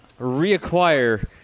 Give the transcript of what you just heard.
reacquire